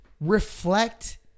reflect